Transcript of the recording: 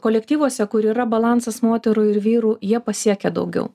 kolektyvuose kur yra balansas moterų ir vyrų jie pasiekia daugiau